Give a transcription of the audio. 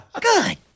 Good